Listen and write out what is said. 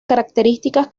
características